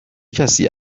کسی